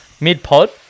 mid-pod